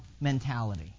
mentality